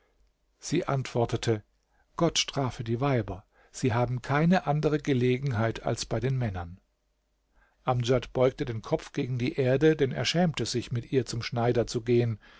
sie antwortete gott strafe die weiber sie haben keine andere gelegenheit als bei den männern amdjad beugte den kopf gegen die erde denn er schämte sich mit ihr zum schneider zu gehen